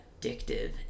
addictive